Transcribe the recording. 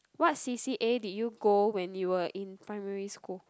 what C_C_A did you go when you were in primary school